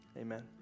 Amen